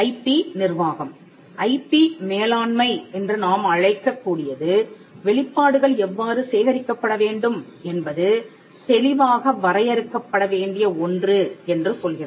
ஐ P நிர்வாகம் IP மேலாண்மை என்று நாம் அழைக்கக் கூடியது வெளிப்பாடுகள் எவ்வாறு சேகரிக்கப்பட வேண்டும் என்பது தெளிவாக வரையறுக்கப் பட வேண்டிய ஒன்று என்று செல்கிறது